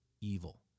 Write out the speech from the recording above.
evil